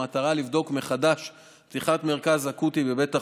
במטרה לבדוק מחדש פתיחת מרכז אקוטי בבית החולים.